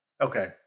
okay